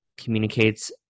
Communicates